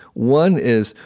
one is,